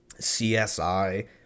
CSI